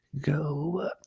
Go